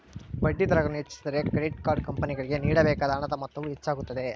ಬಡ್ಡಿದರಗಳನ್ನು ಹೆಚ್ಚಿಸಿದರೆ, credit card ಕಂಪನಿಗಳಿಗೆ ನೇಡಬೇಕಾದ ಹಣದ ಮೊತ್ತವು ಹೆಚ್ಚಾಗುತ್ತದೆ